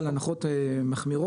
על הנחות מחמירות,